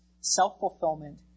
self-fulfillment